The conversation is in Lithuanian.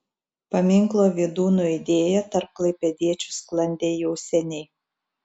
paminklo vydūnui idėja tarp klaipėdiečių sklandė jau seniai